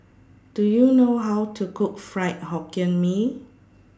Do YOU know How to Cook Fried Hokkien Mee